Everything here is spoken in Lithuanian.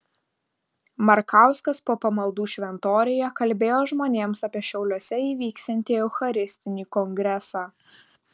markauskas po pamaldų šventoriuje kalbėjo žmonėms apie šiauliuose įvyksiantį eucharistinį kongresą